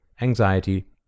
anxiety